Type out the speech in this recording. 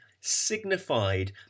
signified